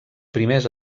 primers